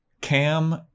Cam